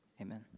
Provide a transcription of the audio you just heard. Amen